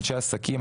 אנשי עסקים,